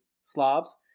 Slavs